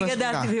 זו